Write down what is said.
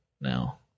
now